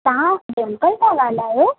तव्हां डिंपल था ॻाल्हायो